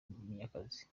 munyakazi